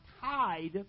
tied